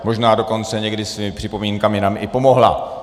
Možná dokonce někdy svými připomínkami nám i pomohla.